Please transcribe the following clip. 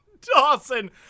Dawson